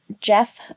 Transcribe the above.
Jeff